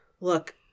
Look